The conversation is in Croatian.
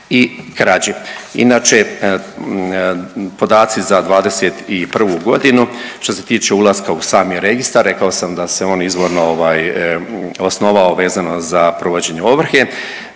i krađi. Inače podaci za '21. godinu što se tiče ulaska u sami registar rekao sam da se on izvorno ovaj osnovao vezano za provođenje ovrhe.